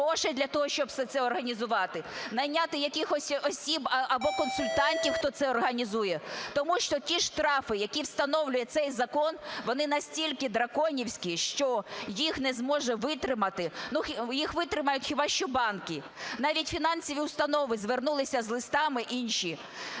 найняти якихось осіб або консультантів, хто це організує. Тому що ті штрафи, які встановлює цей закон, вони настільки драконівські, що їх не зможе витримати, їх витримають хіба що банки. Навіть фінансові установи звернулися з листами інші,